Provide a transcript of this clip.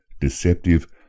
deceptive